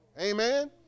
amen